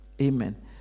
Amen